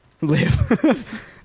Live